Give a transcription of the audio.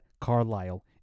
Carlisle